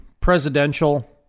presidential